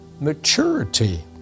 maturity